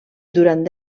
durant